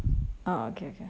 orh okay okay